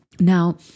Now